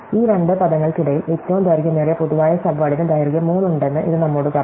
ഈ രണ്ട് പദങ്ങൾക്കിടയിൽ ഏറ്റവും ദൈർഘ്യമേറിയ പൊതുവായ സബ്വേഡിന് ദൈർഘ്യം 3 ഉണ്ടെന്ന് ഇത് നമ്മോട് പറയുന്നു